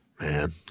man